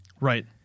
Right